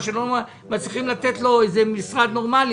מי שלא מצליחים לתת לו איזה משרד נורמלי,